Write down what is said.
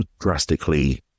drastically